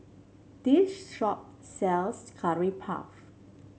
this shop sells Curry Puff